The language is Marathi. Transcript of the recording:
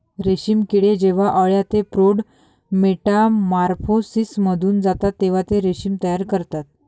रेशीम किडे जेव्हा अळ्या ते प्रौढ मेटामॉर्फोसिसमधून जातात तेव्हा ते रेशीम तयार करतात